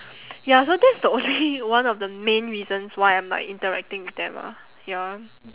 ya so that's the only one of the main reasons why I'm like interacting with them ah ya